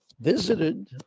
visited